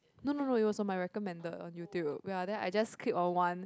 no no no it was on my recommended on YouTube ya then I just click on one